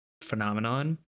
phenomenon